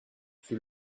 fut